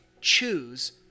choose